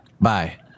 Bye